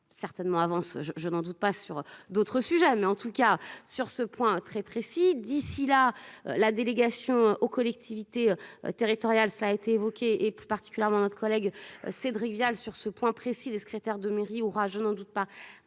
certainement avance je je n'en doute pas sur d'autres sujets, mais en tout cas sur ce point très précis d'ici là, la délégation aux collectivités territoriales. Cela a été évoqué et plus particulièrement notre collègue Cédric Vial sur ce point précis des secrétaires de mairie aura je n'en doute pas